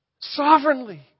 Sovereignly